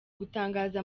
gutangaza